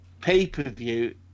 pay-per-view